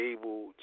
able